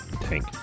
Tank